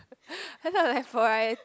I thought will have varie~